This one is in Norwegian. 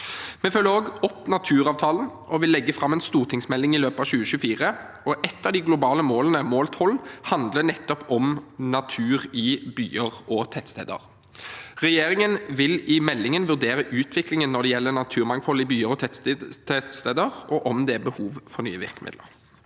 Vi følger også opp naturavtalen og vil legge fram en stortingsmelding i løpet av 2024. Ett av de globale målene, mål 12, handler om nettopp natur i byer og tettsteder. Regjeringen vil i meldingen vurdere utviklingen når det gjelder naturmangfold i byer og tettsteder, og om det er behov for nye virkemidler.